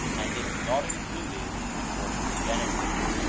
and is not included, according to genesis,